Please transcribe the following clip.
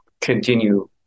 continue